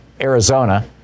Arizona